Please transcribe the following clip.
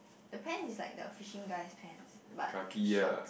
the pant is like the fishing guys pants but short